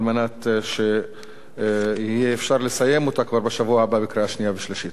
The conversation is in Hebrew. על מנת שאפשר יהיה לסיים אותה כבר בשבוע הבא לקריאה שנייה ושלישית.